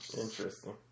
Interesting